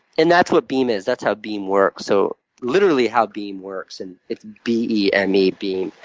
and that's what beme is. that's how beme works. so literally how beme works and it's b e m e beme.